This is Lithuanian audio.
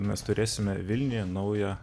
mes turėsime vilniuje naują